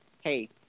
hey